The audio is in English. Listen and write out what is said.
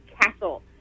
castle